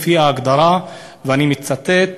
לפי ההגדרה, ואני מצטט: